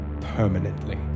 permanently